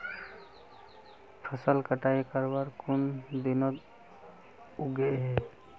फसल कटाई करवार कुन दिनोत उगैहे?